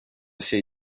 сей